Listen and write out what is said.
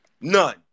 None